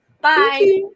bye